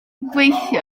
gweithio